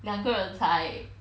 两个才